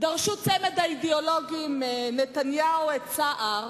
דרשו צמד האידיאולוגים נתניהו את סער